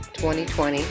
2020